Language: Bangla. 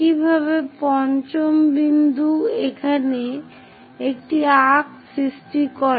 একইভাবে পঞ্চম বিন্দু এখানে একটি আর্ক্ সৃষ্টি করে